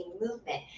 movement